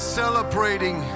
celebrating